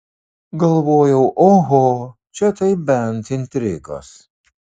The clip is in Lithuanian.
galvojau oho čia tai bent intrigos